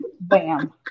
Bam